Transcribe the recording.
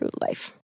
life